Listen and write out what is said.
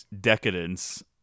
decadence